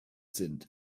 sind